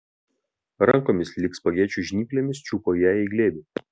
rankomis lyg spagečių žnyplėmis čiupo ją į glėbį